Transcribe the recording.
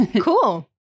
Cool